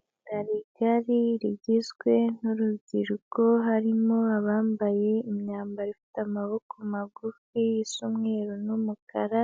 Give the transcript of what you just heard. Itsinda rigari rigizwe n'urubyiruko harimo abambaye imyambaro ifite amaboko magufi y'iy'umweru n'umukara